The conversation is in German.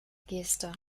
geste